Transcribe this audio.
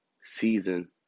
season